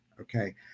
Okay